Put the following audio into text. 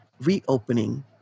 reopening